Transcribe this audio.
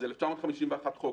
ב-1955,